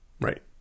Right